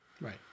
right